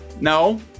No